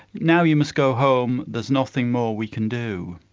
now you must go home, there's nothing more we can do.